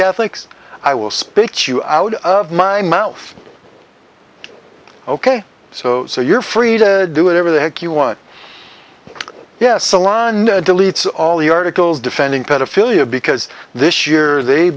catholics i will speak you out of my mouth ok so you're free to do whatever the heck you want yes salon deletes all the articles defending pedophilia because this year they